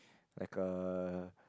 like a